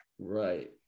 right